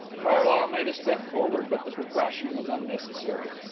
carlyle made a step forward, but the precaution was unnecessary.